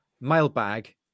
Mailbag